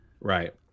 Right